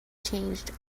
changed